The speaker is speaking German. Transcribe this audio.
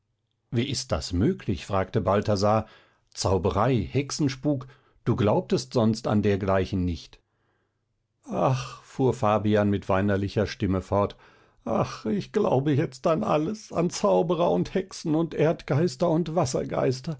wie ist das möglich fragte balthasar zauberei hexenspuk du glaubtest sonst an dergleichen nicht ach fuhr fabian mit weinerlicher stimme fort ach ich glaube jetzt an alles an zauberer und hexen und erdgeister und